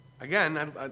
Again